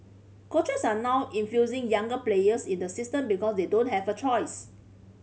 coaches are now infusing younger players in the system because they don't have a choice